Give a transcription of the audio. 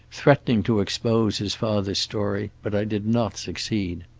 threatening to expose his father's story, but i did not succeed.